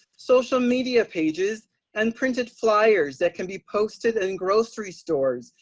social media pages and printed fliers that can be posted in grocery stores,